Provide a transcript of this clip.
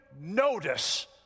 notice